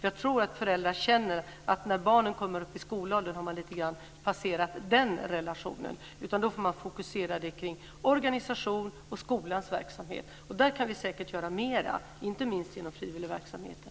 Jag tror att man som förälder känner att man har passerat den relationen när barnen kommer upp i skolåldern. Då får man fokusera kring organisationer och skolans verksamhet. Där kan vi säkert göra mer, inte minst inom frivilligverksamheten.